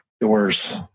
doors